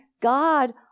God